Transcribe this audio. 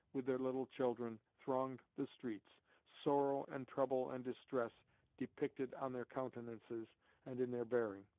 with their little children, thronged the streets, sorrow and trouble and distress depicted on their countenances and in their bearing.